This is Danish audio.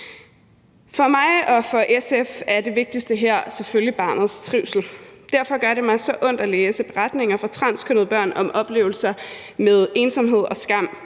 For mig og for SF er det vigtigste her selvfølgelig barnets trivsel. Derfor gør det mig så ondt at læse beretninger fra transkønnede børn om oplevelser med ensomhed og skam.